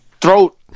throat